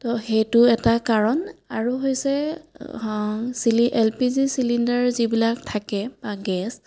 তো সেইটো এটা কাৰণ আৰু হৈছে চিলি এল পি জি চিলিণ্ডাৰ যিবিলাক থাকে বা গেছ